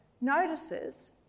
notices